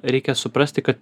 reikia suprasti kad